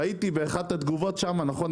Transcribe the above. ראיתי באחת התגובות שם, נכון?